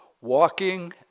walking